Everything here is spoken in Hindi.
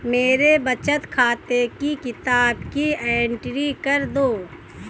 मेरे बचत खाते की किताब की एंट्री कर दो?